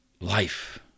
Life